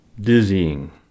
dizzying